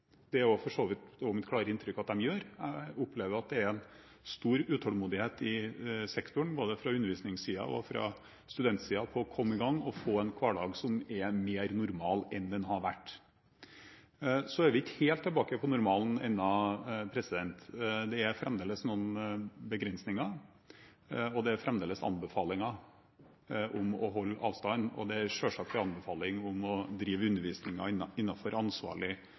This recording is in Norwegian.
for så vidt også at de gjør det. Jeg opplever at det er stor utålmodighet i sektoren, både fra undervisningssiden og fra studentsiden, med tanke på å komme i gang og få en hverdag som er mer normal enn den har vært. Så er vi ikke helt tilbake på normalen ennå. Det er fremdeles noen begrensninger. Det er fremdeles anbefalinger om å holde avstand, og det er selvsagt en anbefaling om å drive